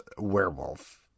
Werewolf